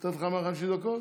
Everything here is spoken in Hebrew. לתת לך 150 דקות?